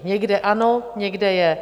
Někde ano, někde je.